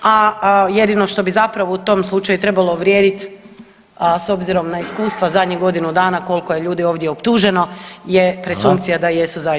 A jedino što bi zapravo u tom slučaju trebalo vrijedit, s obzirom na iskustva zadnjih godinu dana koliko je ljudi ovdje optuženo je [[Upadica: Hvala.]] presumpcija da jesu zaista krivi.